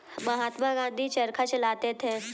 महात्मा गांधी चरखा चलाते थे